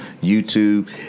YouTube